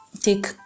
take